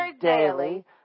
daily